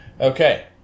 Okay